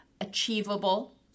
achievable